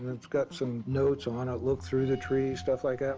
it's got some notes on it, look through the trees, stuff like that.